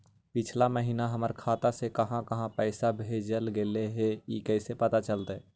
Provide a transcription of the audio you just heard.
पिछला महिना हमर खाता से काहां काहां पैसा भेजल गेले हे इ कैसे पता चलतै?